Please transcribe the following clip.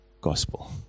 gospel